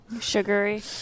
Sugary